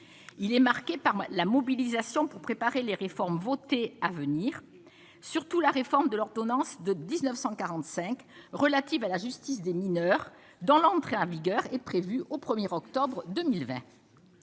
il est marqué par la mobilisation pour préparer les réformes votées à venir, surtout la réforme de l'ordonnance de 1945 relative à la justice des mineurs dans l'entrée en vigueur est prévue au 1er octobre 2020,